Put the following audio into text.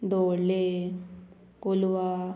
दोवोल्लें Colva